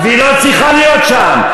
והיא לא צריכה להיות שם,